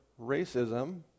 racism